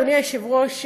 אדוני היושב-ראש,